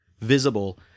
visible